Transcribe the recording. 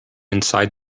inside